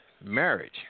marriage